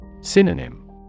Synonym